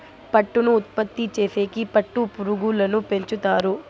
పట్టును ఉత్పత్తి చేసేకి పట్టు పురుగులను పెంచుతారు